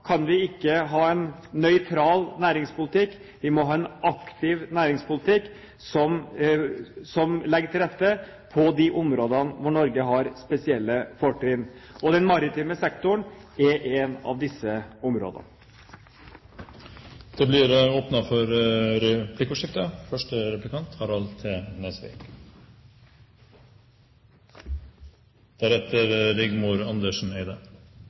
kan vi ikke ha en nøytral næringspolitikk. Vi må ha en aktiv næringspolitikk som legger til rette på de områdene hvor Norge har spesielle fortrinn, og den maritime sektoren er et av disse områdene. Det blir åpnet for replikkordskifte.